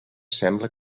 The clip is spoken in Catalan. sembla